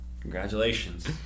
Congratulations